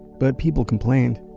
but people complained.